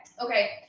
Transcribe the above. Okay